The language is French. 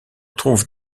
trouve